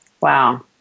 Wow